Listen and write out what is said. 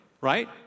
right